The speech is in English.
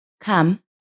come